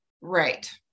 Right